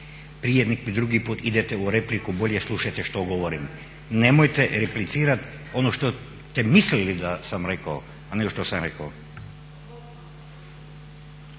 Prije nego mi drugi put idete u repliku bolje slušajte što govorim, nemojte replicirati ono što ste mislili da sam rekao, a ne što sam rekao.